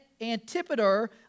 Antipater